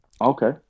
Okay